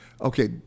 Okay